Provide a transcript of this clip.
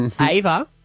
Ava